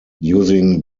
using